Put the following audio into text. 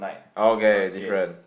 okay different